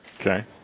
Okay